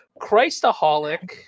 Christaholic